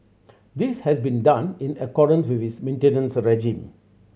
this has been done in accordance with its maintenance regime